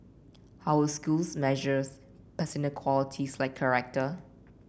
how will schools measures personal qualities like character